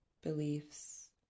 beliefs